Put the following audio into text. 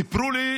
סיפרו לי